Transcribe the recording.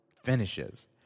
finishes